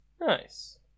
Nice